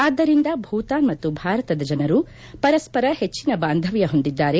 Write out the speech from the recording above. ಆದ್ದರಿಂದ ಭೂತಾನ್ ಮತ್ತು ಭಾರತದ ಜನರು ಪರಸ್ಪರ ಹೆಚ್ಚಿನ ಬಾಂಧವ್ದ ಹೊಂದಿದ್ದಾರೆ